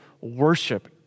worship